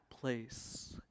place